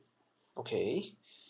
okay